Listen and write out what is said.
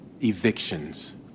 evictions